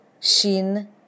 shin